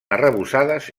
arrebossades